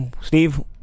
Steve